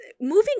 moving